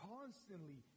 Constantly